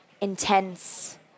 intense